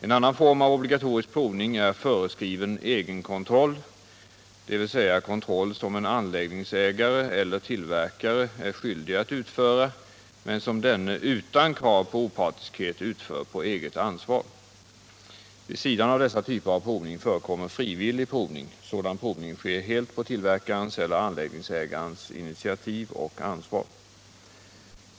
En annan form av obligatorisk provning är föreskriven egenkontroll, dvs. kontroll som en anläggningsägare eller tillverkare är skyldig att utföra men som denne utan krav på opartiskhet utför på eget ansvar. Vid sidan av dessa typer av provning förekommer frivillig provning. Sådan provning sker helt på tillverkarens eller anläggningsägarens initiativ och ansvar.